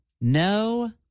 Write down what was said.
no